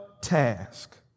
task